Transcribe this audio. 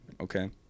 okay